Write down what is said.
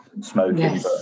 smoking